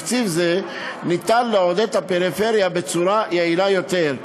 בתקציב זה ניתן לעודד את הפריפריה בצורה יעילה יותר,